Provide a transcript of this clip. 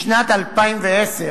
בשנת 2010,